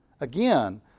Again